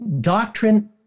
doctrine